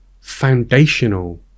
foundational